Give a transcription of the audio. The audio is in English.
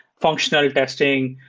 functional testing.